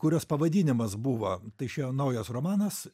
kurios pavadinimas buvo tai išėjo naujas romanas